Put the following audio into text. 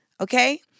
okay